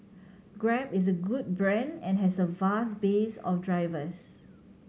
grab is a good brand and has a vast base of drivers